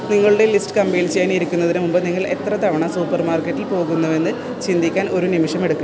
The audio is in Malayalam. നിങ്ങളുടെ ലിസ്റ്റ് കംപൈൽ ചെയ്യാൻ ഇരിക്കുന്നതിന് മുമ്പ് നിങ്ങൾ എത്ര തവണ സൂപ്പർമാർക്കറ്റിൽ പോകുന്നുവെന്ന് ചിന്തിക്കാൻ ഒരു നിമിഷം എടുക്കണം